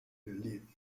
light